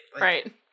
right